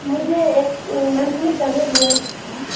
مجھے ایک monthly tablet لینا تھا